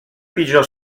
pitjor